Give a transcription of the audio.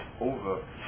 over